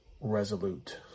resolute